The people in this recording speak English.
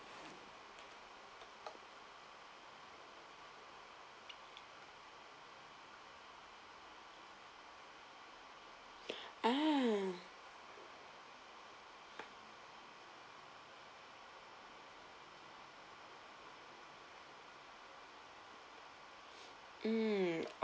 ah mm